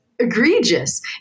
egregious